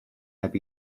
heb